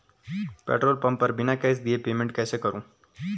Petrol pump पर बिना cash दिए पेमेंट कैसे करूँ?